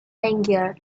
tangier